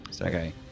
okay